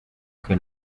que